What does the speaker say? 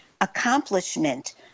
accomplishment